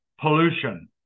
pollution